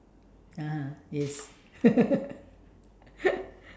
(uh huh) yes